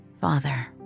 father